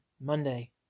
Monday